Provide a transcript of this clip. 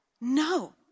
No